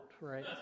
right